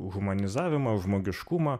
humanizavimą žmogiškumą